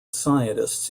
scientists